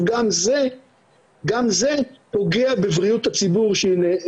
גם בהתחשב שהקנאביס